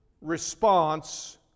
response